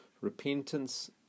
repentance